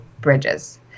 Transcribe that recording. bridges